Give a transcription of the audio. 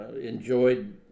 enjoyed